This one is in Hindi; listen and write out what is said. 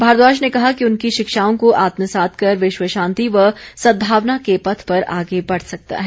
भारद्वाज ने कहा कि उनकी शिक्षाओं को आत्मसात कर विश्व शांति व सदभावना के पथ पर आगे बढ़ सकता है